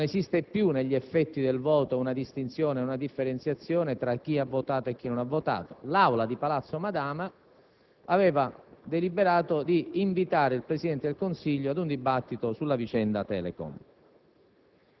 non esiste più negli effetti del voto una differenziazione tra chi ha votato e chi non ha votato. L'Assemblea di Palazzo Madama aveva deliberato di invitare il Presidente del Consiglio a un dibattito sulla vicenda Telecom.